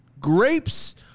grapes